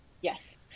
Yes